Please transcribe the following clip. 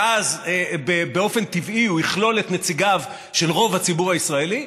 ואז באופן טבעי הוא יכלול את נציגיו של רוב הציבור הישראלי,